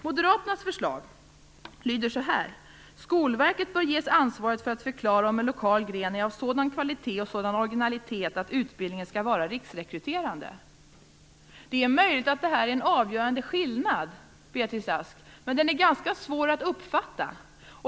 Moderaternas förslag lyder: Skolverket bör ges ansvaret för att förklara om en lokal gren är av sådan kvalitet och sådan originalitet att utbildningen skall vara riksrekryterande. Det är möjligt att det här är en avgörande skillnad, Beatrice Ask, men den är ganska svår att uppfatta.